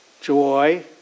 joy